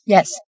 Yes